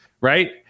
right